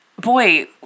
boy